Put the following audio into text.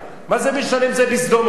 מה זה משנה אם זה בסדום או פה?